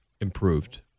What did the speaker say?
improved